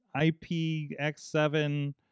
IPX7